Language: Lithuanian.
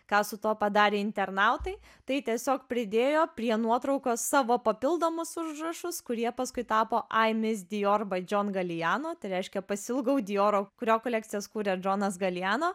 ką su tuo padarė internautai tai tiesiog pridėjo prie nuotraukos savo papildomus užrašus kurie paskui tapo ai misdior bai džion galijeno tai reiškia pasiilgau dijoro kurio kolekcijas kūrė džonas galijeno